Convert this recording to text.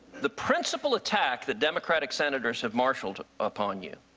the principle attack the democratic senators have marshaled upon you,